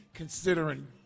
Considering